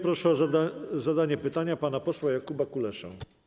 Proszę o zadanie pytania pana posła Jakuba Kuleszę.